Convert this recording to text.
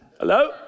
Hello